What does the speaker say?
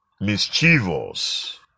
mischievous